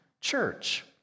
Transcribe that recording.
church